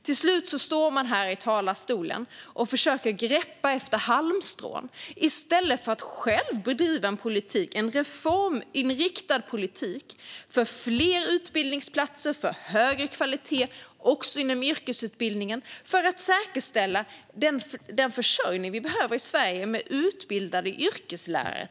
Till slut står de här i talarstolen och försöker greppa efter halmstrån i stället för att själva bedriva en reforminriktad politik för fler utbildningsplatser och högre kvalitet - också inom yrkesutbildningen - för att säkerställa den försörjning vi behöver i Sverige med till exempel utbildade yrkeslärare.